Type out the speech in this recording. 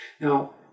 Now